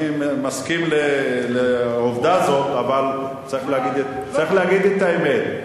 אני מסכים לעובדה זאת אבל צריך להגיד את האמת.